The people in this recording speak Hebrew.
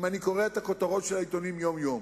אם אני קורא את הכותרות של העיתונים יום-יום.